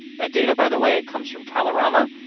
that data, by the way, comes from kalorama.